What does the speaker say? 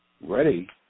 ready